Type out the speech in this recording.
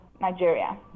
Nigeria